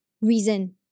reason